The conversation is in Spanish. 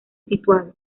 situado